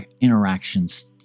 interactions